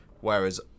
Whereas